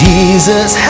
Jesus